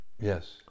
Yes